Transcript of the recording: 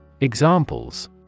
Examples